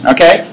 Okay